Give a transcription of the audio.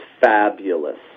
fabulous